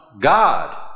God